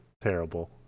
terrible